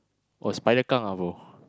!wah! spider kang ah bro